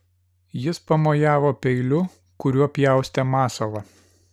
jis pamojavo peiliu kuriuo pjaustė masalą